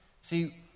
See